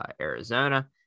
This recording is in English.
Arizona